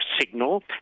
signal